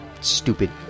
stupid